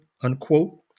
unquote